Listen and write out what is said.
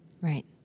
Right